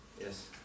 Yes